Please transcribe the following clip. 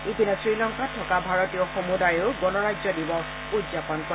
ইপিনে শ্ৰীলংকাত থকা ভাৰতীয় সমুদায়েও গণৰাজ্য দিৱস উদযাপন কৰে